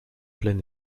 plein